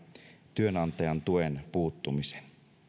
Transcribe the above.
työnantajan tuen puuttumisen